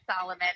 Solomon